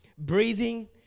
breathing